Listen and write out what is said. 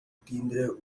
tindre